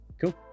Cool